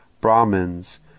Brahmins